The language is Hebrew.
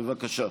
בבקשה.